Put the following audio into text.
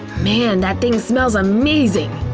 man, that thing smells amazing!